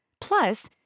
plus